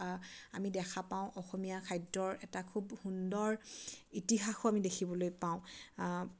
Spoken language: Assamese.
আমি দেখা পাওঁ অসমীয়া খাদ্যৰ এটা খুব সুন্দৰ ইতিহাসো আমি দেখিবলৈ পাওঁ